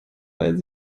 weil